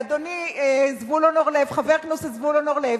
אדוני חבר הכנסת זבולון אורלב,